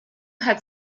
had